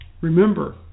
Remember